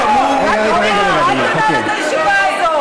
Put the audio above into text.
גבירותי ורבותי,